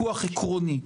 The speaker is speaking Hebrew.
וויכוח עקרוני,